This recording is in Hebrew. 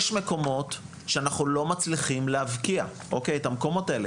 יש מקומות שאנחנו לא מצליחים להבקיע את המקומות האלה,